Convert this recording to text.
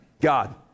God